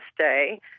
stay